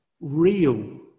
Real